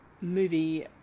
movie